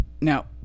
Now